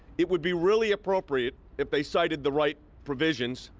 it would be really appropriate if they cited the right provisions,